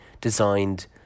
designed